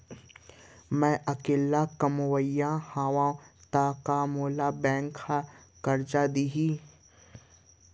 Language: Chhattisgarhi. मैं अकेल्ला कमईया हव त का मोल बैंक करजा दिही?